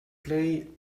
play